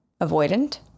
avoidant